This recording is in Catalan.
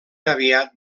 aviat